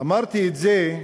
אמרתי את זה,